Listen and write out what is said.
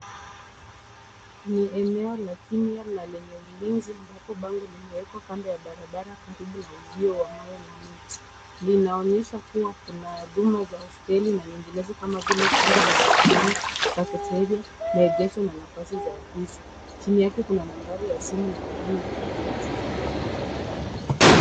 Ni eneo lakimiya na lenye ulinzi, ambapo bango limewekwa kando ya barabara karibu na ujio wa mawe na miti. Linaonyesha kuwa kuna huduma za hosteli na nyinginezo kama vile kumbi za mikutano, cafeteria , maegesho na nafasi za ofisi. Chini yake kuna nambari ya simu na anwani ya tovuti.